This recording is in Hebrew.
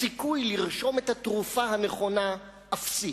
הסיכוי לרשום את התרופה הנכונה אפסי.